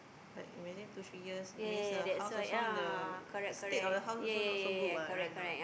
but imagine two three years means the house also the state of the house also not so good what right or not